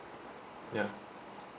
ya